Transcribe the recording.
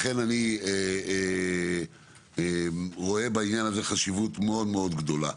לכן, אני רואה בעניין הזה חשיבות מאוד מאוד גדולה.